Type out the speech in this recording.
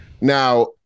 Now